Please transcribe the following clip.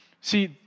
See